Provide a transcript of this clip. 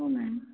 हो मॅम